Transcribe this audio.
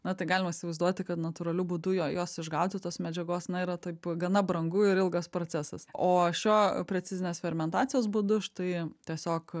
na tai galima įsivaizduoti kad natūraliu būdu jo jos išgauti tos medžiagos na yra taip gana brangu ir ilgas procesas o šiuo precizinės fermentacijos būdu štai tiesiog